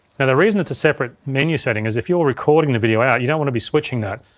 and the reason it's a separate menu setting is if you're recording the video out you don't want to be switching that.